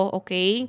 okay